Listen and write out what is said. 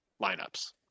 lineups